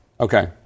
Okay